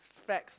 fax